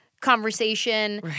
conversation